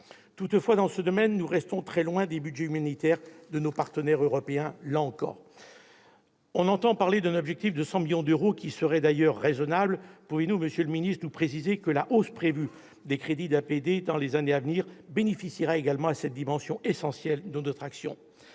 Toutefois, dans ce domaine aussi, nous restons très loin des budgets de nos partenaires européens. On entend parler d'un objectif de 100 millions d'euros, qui serait d'ailleurs raisonnable. Pourriez-vous, monsieur le ministre, nous préciser que la hausse prévue des crédits d'APD dans les années à venir bénéficiera également à cette dimension essentielle de notre action ?